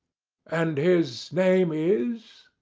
and his name is?